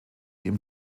ihrem